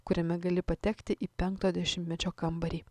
kuriame gali patekti į penktojo dešimtmečio kambarį